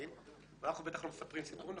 ואנחנו בטח לא מספרים סיפורים,